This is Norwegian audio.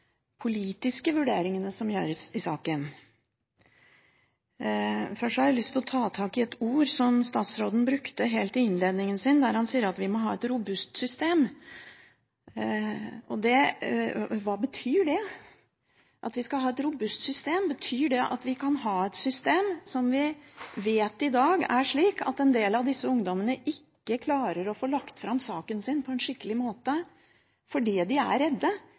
politiske vurderingene som gjøres i saken. Først har jeg lyst til å ta tak i et ord som statsråden brukte helt først i innledningen sin, der han sa at vi må ha et robust system. Hva betyr det at vi skal ha et robust system? Betyr det at vi kan ha et system som vi vet i dag er slik at en del av disse ungdommene ikke klarer å få lagt fram saken sin på en skikkelig måte fordi de er redde,